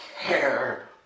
care